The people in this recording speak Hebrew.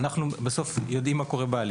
אנחנו יודעים מה קורה בהליך.